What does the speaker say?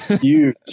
Huge